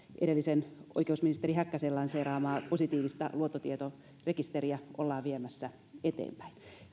edellisen oikeusministerin häkkäsen lanseeraamaa positiivista luottotietorekisteriä ollaan viemässä eteenpäin